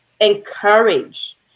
encourage